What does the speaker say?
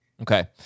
Okay